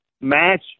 match